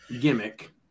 gimmick